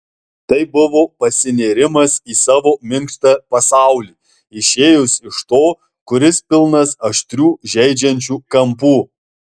tai buvo pasinėrimas į savo minkštą pasaulį išėjus iš to kuris pilnas aštrių žeidžiančių kampų